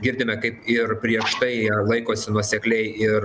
girdime kaip ir prieš tai jie laikosi nuosekliai ir